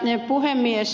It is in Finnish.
arvoisa puhemies